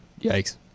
Yikes